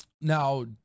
now